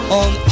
on